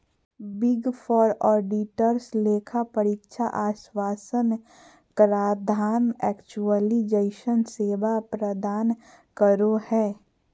big four auditors लेखा परीक्षा आश्वाशन कराधान एक्चुरिअल जइसन सेवा प्रदान करो हय